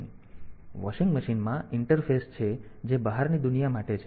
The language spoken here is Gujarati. વોશિંગ મશીનમાં ઇન્ટરફેસ છે જે બહારની દુનિયા માટે છે